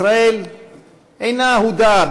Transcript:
ישראל אינה אהודה,